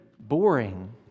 boring